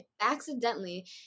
accidentally